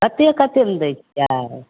कतेक कतेकमे दै छिए